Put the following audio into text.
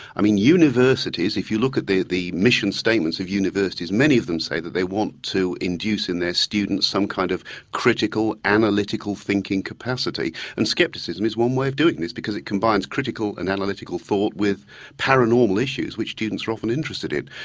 i mean universities, if you look at the mission statements of universities, many of them say that they want to induce in their students some kind of critical, analytical thinking capacity and skepticism is one way of doing this because it combines critical and analytical thought with paranormal issues which students are often interested in.